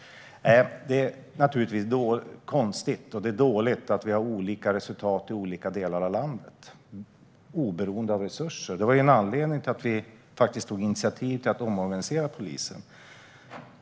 Det är naturligtvis konstigt och dåligt att vi har olika resultat i olika delar av landet, oberoende av resurser. Det var en anledning till att vi tog initiativ till att omorganisera polisen.